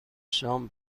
شام